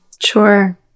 Sure